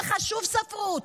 זה חשוב ספרות,